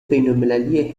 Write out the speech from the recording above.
بینالمللی